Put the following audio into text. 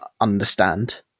understand